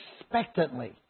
expectantly